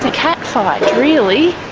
catfight, really.